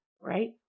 right